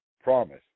promise